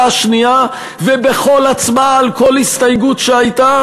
השנייה ובכל הצבעה על כל הסתייגות שהייתה,